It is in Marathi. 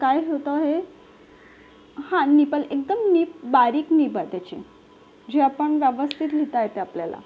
काय होतं आहे हा निप्पल एकदम निब बारीक निब आहे त्याची जी आपण व्यवस्थित लिहिता येते आपल्याला